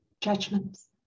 judgments